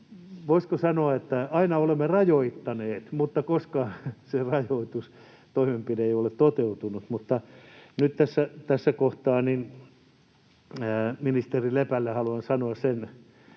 voisiko sanoa, että aina olemme rajoittaneet, mutta koskaan se rajoitustoimenpide ei ole toteutunut. Mutta nyt tässä kohtaa ministeri Lepälle haluan sanoa — en